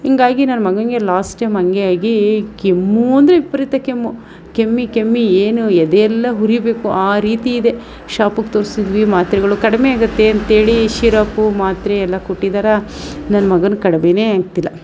ಹೀಗಾಗಿ ನನ್ನ ಮಗನಿಗೆ ಲಾಸ್ಟ್ ಟೈಮ್ ಹಾಗೆ ಆಗಿ ಕೆಮ್ಮೂ ಅಂದರೆ ವಿಪರೀತ ಕೆಮ್ಮು ಕೆಮ್ಮಿ ಕೆಮ್ಮಿ ಏನು ಎದೆಯೆಲ್ಲ ಉರಿಬೇಕು ಆ ರೀತಿ ಇದೆ ಶಾಪಿಗೆ ತೋರ್ಸಿದ್ವಿ ಮಾತ್ರೆಗಳು ಕಡಿಮೆಯಾಗುತ್ತೆ ಅಂತ್ಹೇಳಿ ಶಿರಪ್ಪು ಮಾತ್ರೆಯೆಲ್ಲ ಕೊಟ್ಟಿದಾರೆ ನನ್ನ ಮಗನಿಗೆ ಕಡಿಮೇಯೇ ಆಗ್ತಿಲ್ಲ